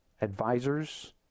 Advisors